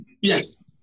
Yes